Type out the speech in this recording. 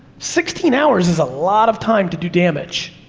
sixteen hours is a lot of time to do damage,